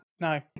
No